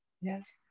Yes